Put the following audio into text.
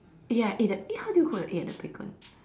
ya eh the egg how do you cook the egg and the bacon